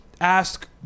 ask